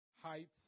heights